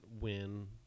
win